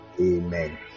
Amen